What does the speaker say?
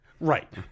right